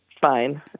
fine